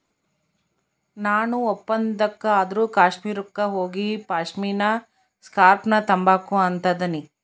ನಾಣು ಒಂದಪ್ಪ ಆದ್ರೂ ಕಾಶ್ಮೀರುಕ್ಕ ಹೋಗಿಪಾಶ್ಮಿನಾ ಸ್ಕಾರ್ಪ್ನ ತಾಂಬಕು ಅಂತದನಿ